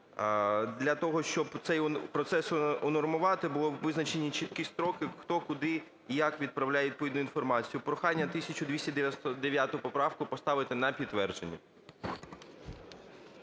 Для того, щоб цей процес унормувати, були визначені чіткі строки, хто, куди і як відправляють відповідну інформацію. Прохання 1299 поправку поставити на підтвердження.